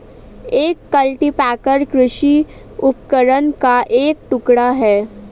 एक कल्टीपैकर कृषि उपकरण का एक टुकड़ा है